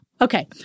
Okay